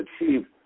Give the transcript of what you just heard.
achieve